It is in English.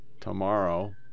tomorrow